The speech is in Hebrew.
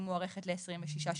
היא מוארכת ל-26 שבועות.